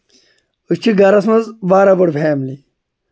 أسۍ چھِ گرس منٛز واریاہ بٔڑ فیملی